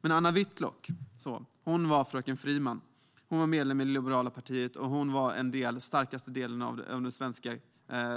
Men Anna Whitlock var fröken Friman. Hon var medlem i det liberala partiet och tillhörde den starkaste delen i den svenska